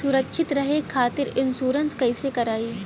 सुरक्षित रहे खातीर इन्शुरन्स कईसे करायी?